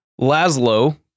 Laszlo